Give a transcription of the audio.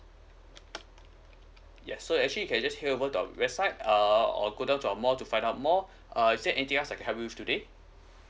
yes so actually you can just head over to our website uh or go down to our mall to find out more uh is there anything else I can help you today